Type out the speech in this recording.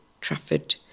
Trafford